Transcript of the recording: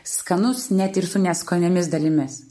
skanus net ir su neskaniomis dalimis